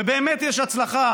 ובאמת יש הצלחה